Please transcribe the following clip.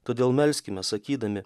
todėl melskime sakydami